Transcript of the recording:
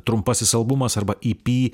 trumpasis albumas arba į py